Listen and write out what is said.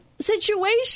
situation